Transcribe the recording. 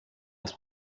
das